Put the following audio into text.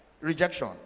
rejection